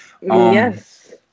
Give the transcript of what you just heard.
Yes